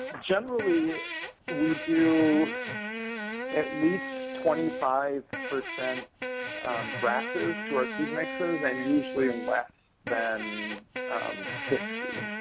generally we do at least twenty five percent grasses to our seed mixes, and usually and less than fifty.